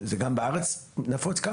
גם בארץ?